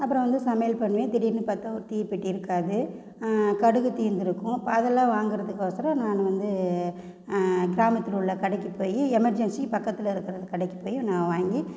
அப்புறம் வந்து சமையல் பண்ணுவேன் திடீர்ன்னு பார்த்தா ஒரு தீப்பெட்டி இருக்காது கடுகு தீந்துருக்கும் அப்போ அதெல்லாம் வாங்குறதுக்கொசரம் நான் வந்து கிராமத்தில் உள்ள கடைக்கு போய் எமெர்ஜென்சிக்கு பக்கத்தில் இருக்கிற கடைக்கு போய் நான் வாங்கி